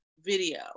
video